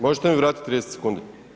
Možete mi vratiti 30 sekundi?